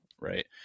right